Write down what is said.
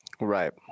Right